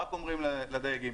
רק אומרים לדייגים.